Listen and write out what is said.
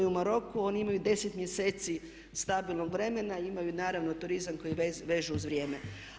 U Maroku oni imaju 10 mjeseci stabilnog vremena, imaju naravno turizam koji vežu uz vrijeme.